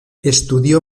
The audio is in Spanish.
estudió